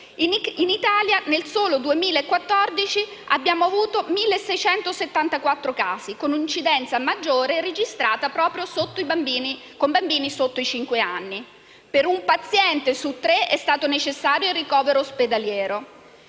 in Italia nel solo 2014 vi sono stati 1.674 casi, con un'incidenza maggiore registrata proprio nei bambini sotto i cinque anni di età. Per un paziente su tre è stato inoltre necessario il ricovero ospedaliero.